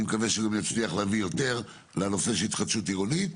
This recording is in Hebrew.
מקווה שהוא גם יצליח להביא יותר לנושא של התחדשות עירונית,